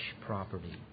property